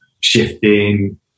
shifting